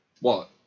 wallet